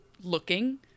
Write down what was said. looking